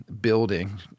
building